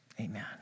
Amen